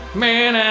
man